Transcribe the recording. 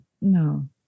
no